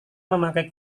memakai